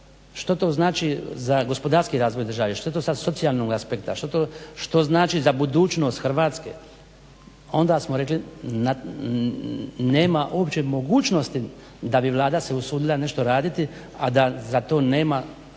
što to znači za gospodarski razvoj države? Što to sa socijalnog aspekta? Što znači za budućnost Hrvatske? Onda smo rekli nema uopće mogućnosti da bi Vlada se usudila nešto raditi, a da za to nema